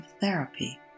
therapy